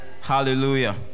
Hallelujah